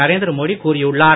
நரேந்திர மோடி கூறியுள்ளார்